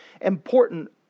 important